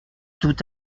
tout